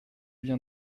vient